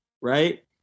right